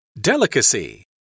Delicacy